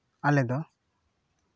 ᱟᱞᱮ ᱫᱚ